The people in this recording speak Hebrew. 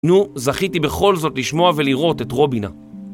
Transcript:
נו, זכיתי בכל זאת לשמוע ולראות את רובינא.